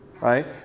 Right